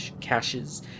caches